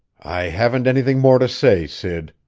i haven't anything more to say, sid!